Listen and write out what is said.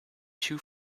too